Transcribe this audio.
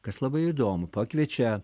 kas labai įdomu pakviečia